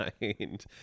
mind